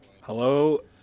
hello